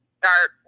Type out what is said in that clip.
start